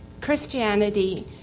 Christianity